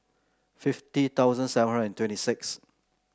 fifty thousand seven hundred and twenty six